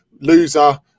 loser